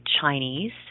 Chinese